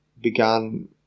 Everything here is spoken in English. began